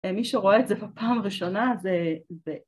מי שרואה את זה בפעם ראשונה זה זה...